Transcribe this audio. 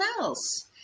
else